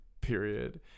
period